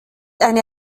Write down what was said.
eine